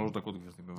יש לך שלוש דקות, בבקשה.